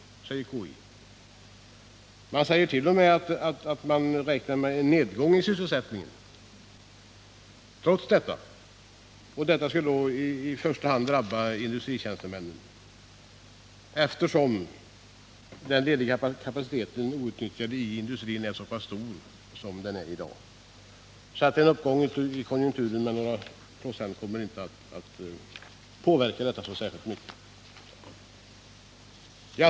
Konjunkturinstitutet räknar t.o.m. med en nedgång i sysselsättningen trots den väntade konjunkturuppgången. Denna skulle i första hand drabba industritjänstemännen, bland vilka man i dag har en stor outnyttjad kapacitet. En uppgång i konjunkturen med några procent kommer alltså inte att påverka sysselsättningsläget särdeles mycket.